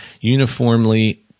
uniformly